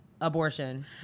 abortion